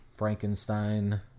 Frankenstein